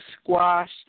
squash